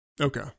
Okay